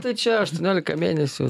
tai čia aštuoniolika mėnesių